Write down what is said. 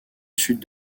sud